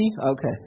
Okay